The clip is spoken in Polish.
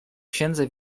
księdze